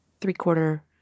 three-quarter